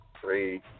Three